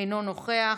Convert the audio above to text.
אינו נוכח,